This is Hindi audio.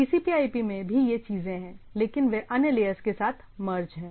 TCPIP में भी ये चीजें हैं लेकिन वे अन्य लेयर्स के साथ मर्ज हैं